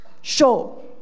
show